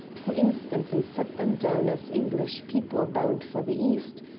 who instantly set them down as english people bound for the east,